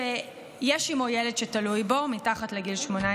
שיש עימו ילד שתלוי בו, מתחת לגיל 18,